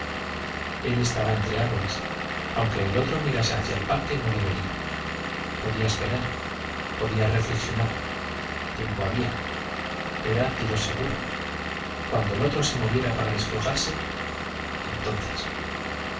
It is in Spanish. él estaba entre árboles aunque el otro mirase hacia el parque no le vería podía esperar podía reflexionar tiempo había era tiro seguro cuando el otro se moviera para descolgarse entonces